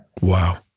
Wow